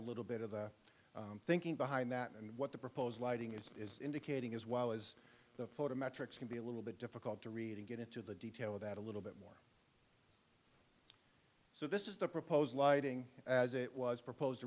a little bit of the thinking behind that and what the proposed lighting is is indicating as well as the photo metrics can be a little bit difficult to read and get into the detail of that a little bit more so this is the proposed lighting as it was proposed